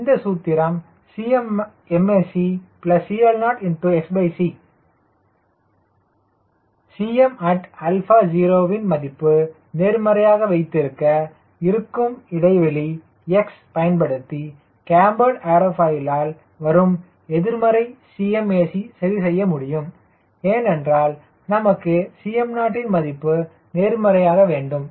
எனவே இந்த சூத்திரம் 𝐶mac 𝐶LO 𝐶m0 ன் மதிப்பு நேர்மறை வைத்திருக்க இருக்கும் இடைவெளி x பயன்படுத்தி கேம்பர்டு ஏர்ஃபாயிலால் வரும் எதிர்மறை 𝐶mac சரி செய்ய முடியும் ஏனென்றால் நமக்கு Cmo ன் மதிப்பு நேர்மையாக வேண்டும்